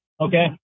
Okay